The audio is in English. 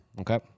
Okay